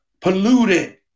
polluted